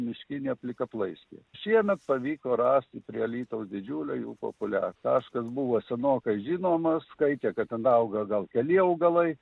miškinė plikaplaistė šiemet pavyko rasti prie alytaus didžiulę jų populiac taškas buvo senokai žinomas skaitė kad ten auga gal keli augalai